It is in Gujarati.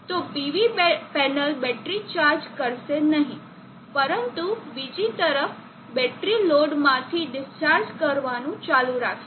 તો PV પેનલ બેટરી ચાર્જ કરશે નહીં પરંતુ બીજી તરફની બેટરી લોડમાંથી ડિસ્ચાર્જ કરવાનું ચાલુ રાખશે